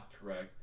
correct